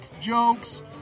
jokes